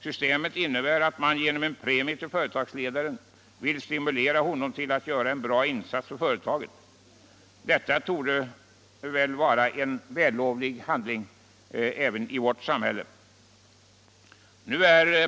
Systemet innebär att man genom en premie till företagsledaren vill stimulera honom att göra en bra insats för företaget. Detta borde väl vara en vällovlig handling även i vårt samhälle.